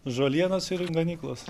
žolienos ir ganyklos